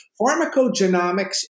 pharmacogenomics